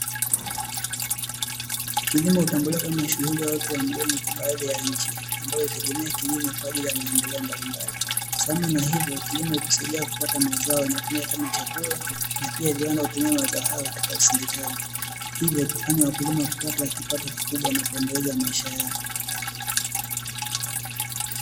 Kilimo hutambuliwa kama shughuli ya uti wa mgongo katika baadhi ya nchi ambazo hutegemea kilimo kwa ajili ya maendeleo mbalimbali. Sambamba na hivyo, kilimo hutusaidia kupata mazao yanayotumika kama chakula, na pia viwanda hutumia mazao hayo katika usindikaji. Hivyo, hufanya wakulima kupata kipato kikubwa na kuendeleza maisha yao.